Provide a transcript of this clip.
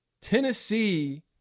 Tennessee